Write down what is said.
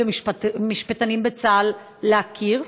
למשפטנים בצה"ל להכיר?